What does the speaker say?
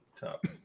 top